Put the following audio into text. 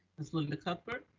ms. linda cuthbert.